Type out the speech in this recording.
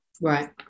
Right